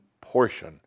portion